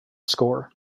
score